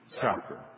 chapter